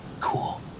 cool